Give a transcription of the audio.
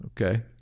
Okay